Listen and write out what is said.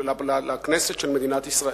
לכנסת של מדינת ישראל.